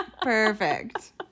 Perfect